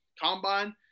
combine